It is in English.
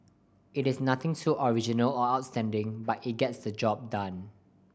it is nothing too original or outstanding but it gets the job done